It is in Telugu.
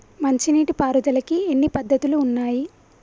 మంచి నీటి పారుదలకి ఎన్ని పద్దతులు ఉన్నాయి?